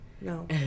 No